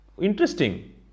Interesting